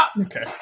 Okay